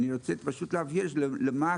אבל באמת,